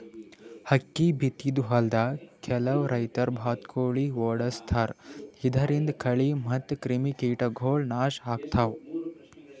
ಅಕ್ಕಿ ಬಿತ್ತಿದ್ ಹೊಲ್ದಾಗ್ ಕೆಲವ್ ರೈತರ್ ಬಾತ್ಕೋಳಿ ಓಡಾಡಸ್ತಾರ್ ಇದರಿಂದ ಕಳಿ ಮತ್ತ್ ಕ್ರಿಮಿಕೀಟಗೊಳ್ ನಾಶ್ ಆಗ್ತಾವ್